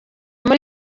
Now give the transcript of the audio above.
muri